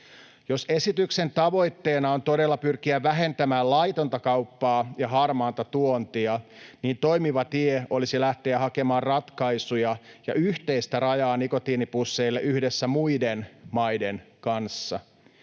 Jos esityksen tavoitteena on todella pyrkiä vähentämään laitonta kauppaa ja harmaata tuontia, niin toimiva tie olisi lähteä hakemaan ratkaisuja ja yhteistä rajaa nikotiinipusseille yhdessä muiden maiden kanssa.